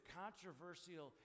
controversial